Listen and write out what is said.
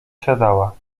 siadała